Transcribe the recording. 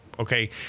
Okay